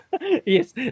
yes